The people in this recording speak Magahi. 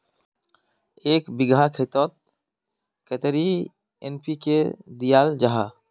एक बिगहा खेतोत कतेरी एन.पी.के दियाल जहा?